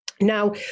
Now